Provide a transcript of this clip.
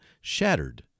shattered